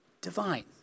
Divine